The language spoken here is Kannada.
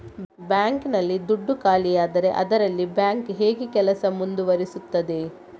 ಬ್ಯಾಂಕ್ ನಲ್ಲಿ ದುಡ್ಡು ಖಾಲಿಯಾದರೆ ಅದರಲ್ಲಿ ಬ್ಯಾಂಕ್ ಹೇಗೆ ಕೆಲಸ ಮುಂದುವರಿಸುತ್ತದೆ?